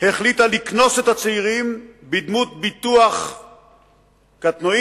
החליטה לקנוס את הצעירים בדמות ביטוח קטנועים,